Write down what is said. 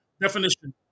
definition